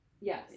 Yes